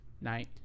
Night